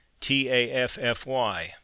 T-A-F-F-Y